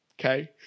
okay